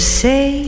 say